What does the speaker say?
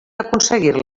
aconseguir